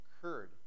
occurred